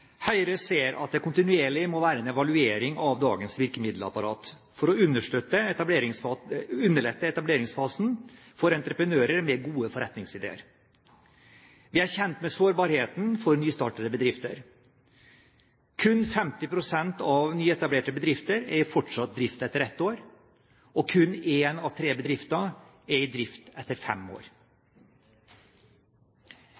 Høyre ser at det kontinuerlig må være en evaluering av dagens virkemiddelapparat for å underlette etableringsfasen for entreprenører med gode forretningsideer. Vi er kjent med sårbarheten for nystartede bedrifter; kun 50 pst. av nyetablerte bedrifter er i fortsatt drift etter ett år, og kun en av tre bedrifter er i drift etter fem år.